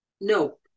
No